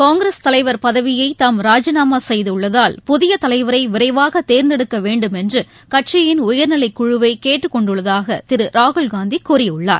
காங்கிரஸ் தலைவர் பதவியைதாம் ராஜினாமாசெய்துள்ளதால் புதியதலைவரைவாகதேர்ந்தெடுக்கவேண்டும் என்றகட்சியின் உயர்நிலைகுழுவைகேட்டுக்கொண்டுள்ளதாகதிருராகுல்காந்திகூறியுள்ளார்